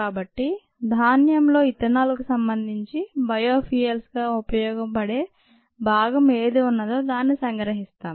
కాబట్టి ధాన్యంలో ఇథనాల్ కు సంబంధించి బయో ఫ్యూయల్స్ గా ఉపయోగపడే భాగం ఏది ఉన్నదో దాన్ని ఎలా సంగ్రహిస్తాం